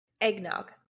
Eggnog